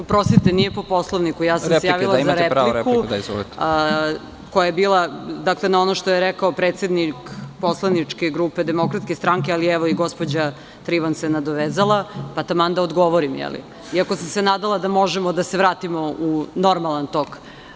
Oprostite, nije po Poslovniku, ja sam se javila za repliku na ono što je rekao predsednik poslaničke grupe DS, ali evo i gospođa Trivan se nadovezala, pa taman da odgovorim, iako sam se nadala da možemo da se vratimo u normalan tok.